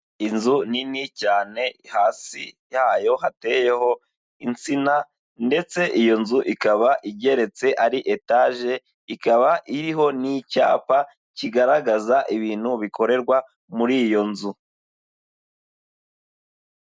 Inzu nini cyane hasi yayo hateyeho insina, ndetse iyo nzu ikaba igeretse; ari etaje, ikaba iriho n'icyapa kigaragaza ibintu bikorerwa muri iyo nzu.